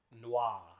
noir